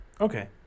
Okay